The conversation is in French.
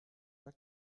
pas